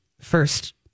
first